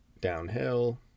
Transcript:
downhill